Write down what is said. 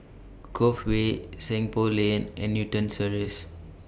Cove Way Seng Poh Lane and Newton Cirus